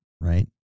right